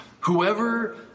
whoever